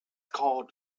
called